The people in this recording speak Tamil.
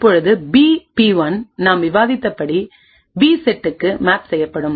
இப்பொழுது பி பி1 நாம் விவாதித்தபடி பி செட்டுக்கு மேப் செய்யப்படும்